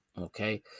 okay